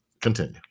Continue